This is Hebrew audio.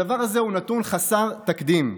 הדבר הזה הוא נתון חסר תקדים.